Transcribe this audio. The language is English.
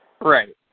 Right